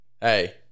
hey